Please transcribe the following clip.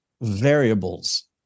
variables